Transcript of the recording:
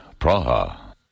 Praha